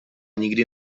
nikdy